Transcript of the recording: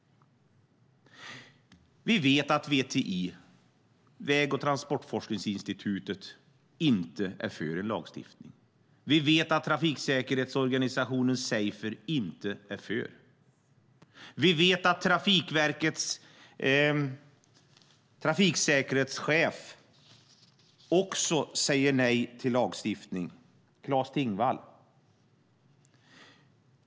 Vi vet att VTI, Statens väg och transportforskningsinstitut, inte är för en lagstiftning. Vi vet att trafiksäkerhetsorganisationen Safer inte är för. Vi vet att Trafikverkets trafiksäkerhetschef Claes Tingvall också säger nej till lagstiftning.